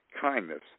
kindness